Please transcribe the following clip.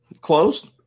closed